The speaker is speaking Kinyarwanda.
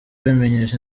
babimenyesha